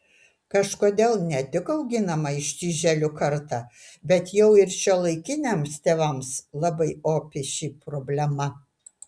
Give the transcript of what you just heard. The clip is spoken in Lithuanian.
kažkodėl ne tik auginama ištižėlių karta bet jau ir šiuolaikiniams tėvams labai opi ši problema